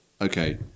okay